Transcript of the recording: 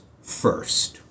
first